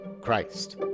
Christ